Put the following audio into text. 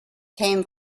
came